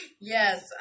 yes